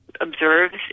observes